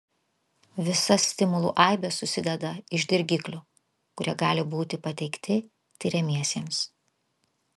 visa stimulų aibė susideda iš dirgiklių kurie gali būti pateikti tiriamiesiems